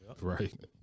right